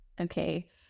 Okay